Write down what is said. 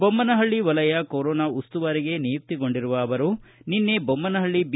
ಬೊಮ್ನಹಳ್ಳಿ ವಲಯ ಕೊರೋನಾ ಉಸ್ತುವಾರಿಗೆ ನಿಯುಕ್ತಿಗೊಂಡಿರುವ ಅವರು ನಿನ್ನೆ ಬೊಮ್ನಹಳ್ಳಿ ಬಿ